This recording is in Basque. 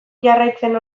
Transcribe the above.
jarraitzen